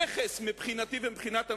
נכס מבחינתי ומבחינת הממשלה,